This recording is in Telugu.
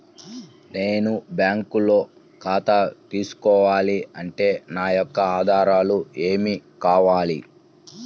నేను బ్యాంకులో ఖాతా తీసుకోవాలి అంటే నా యొక్క ఆధారాలు ఏమి కావాలి?